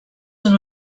són